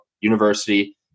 University